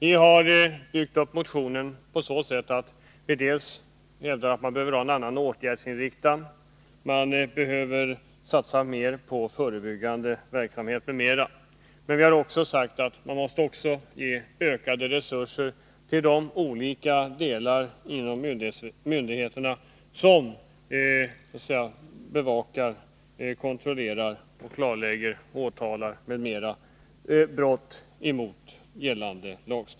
I denna motion hävdar vi bl.a. att man behöver ha en annan åtgärdsinriktning, att man bör satsa mer på förebyggande åtgärder, men vi har också krävt ökade resurser för de myndigheter som när det gäller brott emot gällande lagstiftning på det ekonomiska området bevakar, kontrollerar, klarlägger, åtalar m.m.